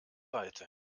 seite